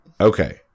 Okay